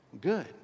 good